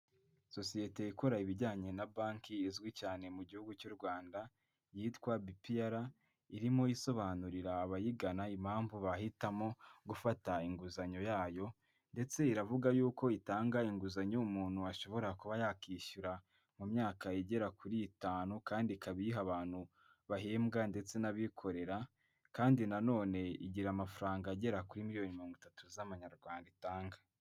Sosiyete ikora ibijyanye na banki izwi cyane mu Gihugu cy'u Rwanda yitwa BPR, irimo isobanurira abayigana impamvu bahitamo gufata inguzanyo yayo, ndetse iravuga yuko itanga inguzanyo umuntu ashobora kuba yakishyura mu myaka igera kuri itanu kandi ikaba iyiha abantu bahembwa ndetse n'abikorera, kandi nanone igira amafaranga agera kuri miliyoni mirongo itatu z'Amanyarwanda itanga.